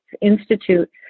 Institute